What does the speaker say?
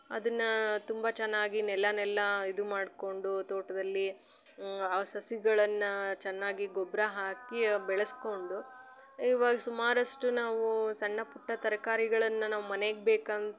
ಅದನ್ನ ತುಂಬ ಚೆನ್ನಾಗಿ ನೆಲನೆಲ್ಲ ಇದು ಮಾಡಿಕೊಂಡು ತೋಟದಲ್ಲಿ ಆ ಸಸಿಗಳನ್ನು ಚೆನ್ನಾಗಿ ಗೊಬ್ಬರ ಹಾಕಿ ಬೆಳೆಸ್ಕೊಂಡು ಇವಾಗ ಸುಮಾರಷ್ಟು ನಾವು ಸಣ್ಣಪುಟ್ಟ ತರ್ಕಾರಿಗಳನ್ನು ನಾವು ಮನೆಗೆ ಬೇಕನ್